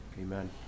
Amen